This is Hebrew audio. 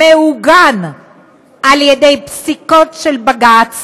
מעוגן בפסיקות של בג"ץ,